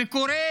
וקורא